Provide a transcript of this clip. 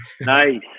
Nice